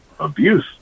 Abuse